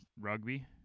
rugby